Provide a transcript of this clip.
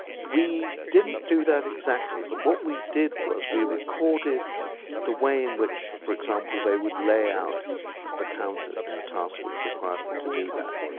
we didn't do that exactly but what we did was we recorded the way in which, for example, they would lay out the counters in the task which required them to do that.